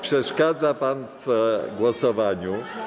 Przeszkadza pan w głosowaniu.